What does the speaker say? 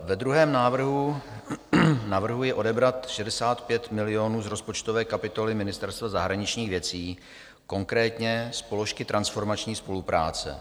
Ve druhém návrhu navrhuji odebrat 65 milionů z rozpočtové kapitoly Ministerstva zahraničních věcí, konkrétně z položky transformační spolupráce.